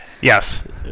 Yes